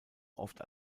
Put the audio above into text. oft